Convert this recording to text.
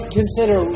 consider